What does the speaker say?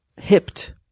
hipped